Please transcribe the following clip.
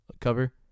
cover